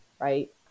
right